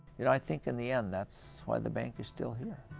i think in the end, that's why the bank is still here.